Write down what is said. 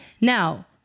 now